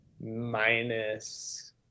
minus